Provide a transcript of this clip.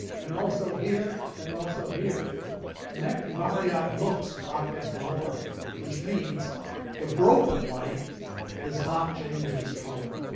and also here, and also here nec variat lux fracta colorem which means the broken light does not change its color.